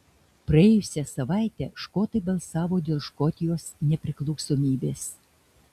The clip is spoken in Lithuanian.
praėjusią savaitę škotai balsavo dėl škotijos nepriklausomybės